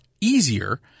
easier